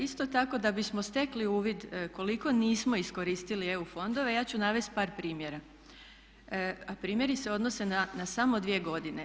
Isto tako da bismo stekli uvid koliko nismo iskoristili EU fondove ja ću navesti par primjera, a primjeri se odnose na samo 2 godine.